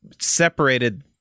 separated